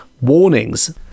warnings